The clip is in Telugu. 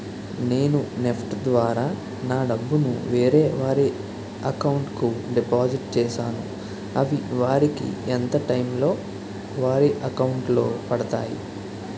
నేను నెఫ్ట్ ద్వారా నా డబ్బు ను వేరే వారి అకౌంట్ కు డిపాజిట్ చేశాను అవి వారికి ఎంత టైం లొ వారి అకౌంట్ లొ పడతాయి?